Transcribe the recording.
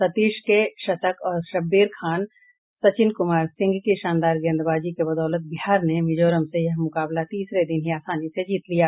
सतीश के शतक और शब्बीर खान सचिन कुमार सिंह की शानदार गेंदबाजी के बदौलत बिहार ने मिजोरम से यह मुकाबला तीसरे दिन ही आसानी से जीत लिया